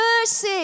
mercy